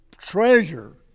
treasure